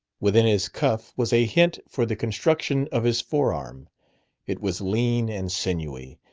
within his cuff was a hint for the construction of his fore-arm it was lean and sinewy,